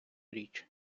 річ